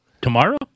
Tomorrow